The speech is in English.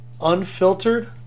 unfiltered